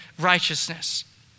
righteousness